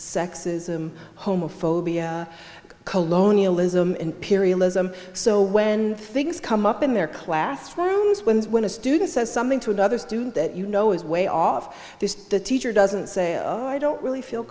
sexism homophobia colonialism imperialism so when things come up in their classrooms when when a student says something to another student that you know is way off the teacher doesn't say oh i don't really feel